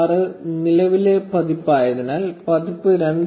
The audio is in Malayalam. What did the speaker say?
6 നിലവിലെ പതിപ്പായതിനാൽ പതിപ്പ് 2